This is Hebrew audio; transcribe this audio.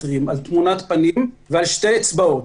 על תמונת פנים ועל שתי אצבעות.